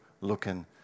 looking